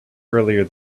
earlier